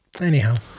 Anyhow